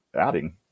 adding